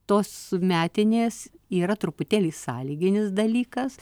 tos metinės yra truputėlį sąlyginis dalykas